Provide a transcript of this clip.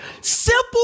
simple